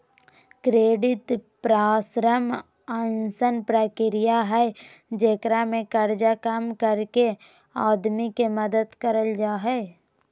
credit परामर्श अइसन प्रक्रिया हइ जेकरा में कर्जा कम करके आदमी के मदद करल जा हइ